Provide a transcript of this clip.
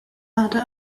ladder